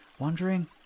wondering